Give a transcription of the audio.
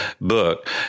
book